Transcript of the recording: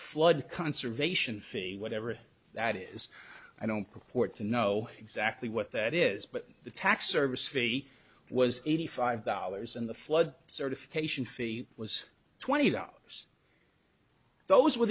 flood conservation fee whatever that is i don't purport to know exactly what that is but the tax service fee was eighty five dollars and the flood certification fee was twenty dollars those were